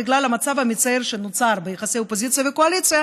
בגלל המצב המצער שנוצר ביחסי אופוזיציה וקואליציה,